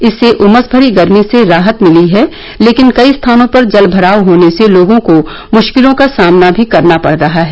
इससे उमस भरी गर्मी से राहत मिली है लेकिन कई स्थानों पर जलभराव होने से लोगों को मुश्किलों का सामना भी करना पड़ रहा है